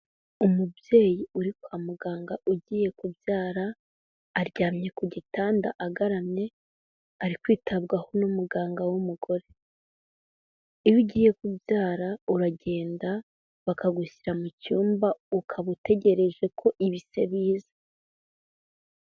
Umubyeyi uri kwa muganga ugiye kubyara aryamye ku gitanda agaramye ari kwitabwaho n'umuganga w'umugore, iyo ugiye kubyara uragenda bakagushyira mu cyumba ukaba utegereje ko ibise biza.